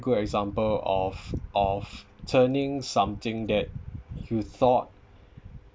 good example of of turning something that you thought